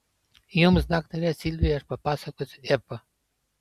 jums daktare silvija aš papasakosiu epą